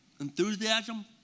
Enthusiasm